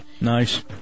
Nice